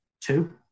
two